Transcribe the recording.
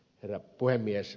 herra puhemies